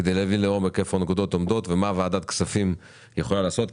כדי להבין לעומק איפה הנקודות עומדות ומה ועדת כספים יכולה לעשות.